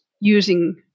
using